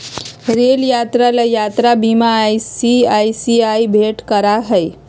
rail यात्रा ला यात्रा बीमा आई.सी.आई.सी.आई भेंट करा हई